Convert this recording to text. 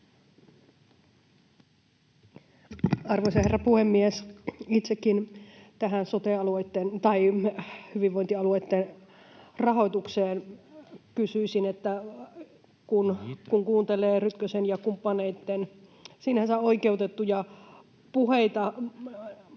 Arvoisa herra puhemies! Itsekin tästä hyvinvointialueitten rahoituksesta kysyisin: Kun kuuntelee Rytkösen ja kumppaneitten sinänsä oikeutettuja puheita,